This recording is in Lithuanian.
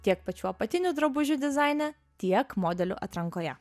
tiek pačių apatinių drabužių dizaine tiek modelių atrankoje